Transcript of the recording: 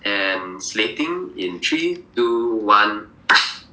and slating in three two one